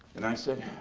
and i said,